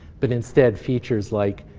but instead, features like,